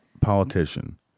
politician